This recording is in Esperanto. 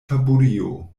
taburio